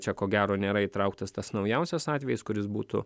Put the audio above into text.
čia ko gero nėra įtrauktas tas naujausias atvejis kuris būtų